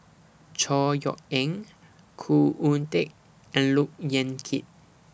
Chor Yeok Eng Khoo Oon Teik and Look Yan Kit